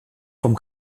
vom